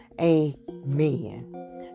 Amen